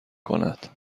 کند